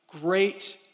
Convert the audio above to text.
great